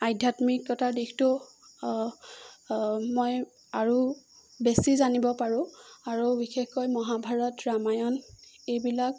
আধ্যাত্মিকতাৰ দিশটো মই আৰু বেছি জানিব পাৰোঁ আৰু বিশেষকৈ মহাভাৰত ৰামায়ণ এইবিলাক